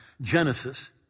Genesis